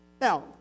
Now